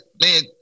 man